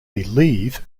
believe